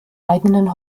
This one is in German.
eigenen